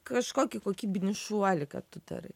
kažkokį kokybinį šuolį kad tu darai